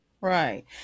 Right